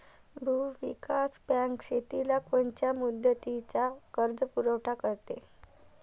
भूविकास बँक शेतीला कोनच्या मुदतीचा कर्जपुरवठा करते?